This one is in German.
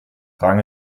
rang